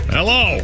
Hello